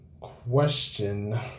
question